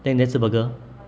then 你才吃 burger